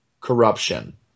corruption